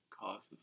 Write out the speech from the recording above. causes